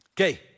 Okay